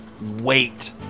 wait